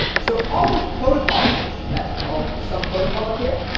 so all this protocol is that's called someprotocol up here,